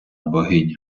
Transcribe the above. богиня